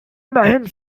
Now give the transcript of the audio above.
immerhin